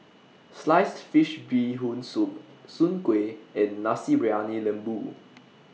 Sliced Fish Bee Hoon Soup Soon Kueh and Nasi Briyani Lembu